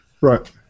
Right